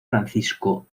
francisco